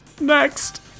Next